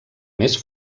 més